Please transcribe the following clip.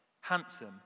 handsome